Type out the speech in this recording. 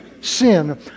sin